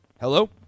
Hello